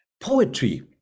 poetry